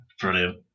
brilliant